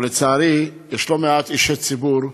ולצערי, יש לא מעט אישי ציבור,